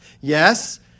Yes